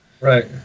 Right